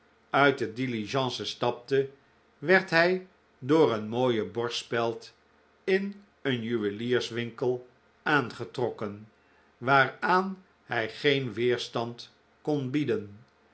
uit de diligence stapte werd hij door een mooie borstspeld in een juwelierswinkel aangetrokken waaraan hij geen weerstand kon bieden